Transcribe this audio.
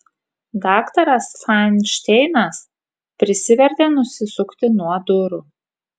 daktaras fainšteinas prisivertė nusisukti nuo durų